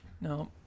No